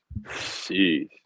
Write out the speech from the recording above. jeez